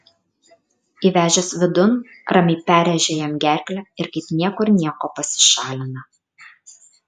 įvežęs vidun ramiai perrėžia jam gerklę ir kaip niekur nieko pasišalina